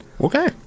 Okay